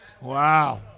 wow